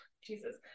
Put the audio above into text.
jesus